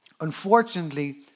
unfortunately